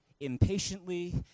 Impatiently